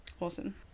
awesome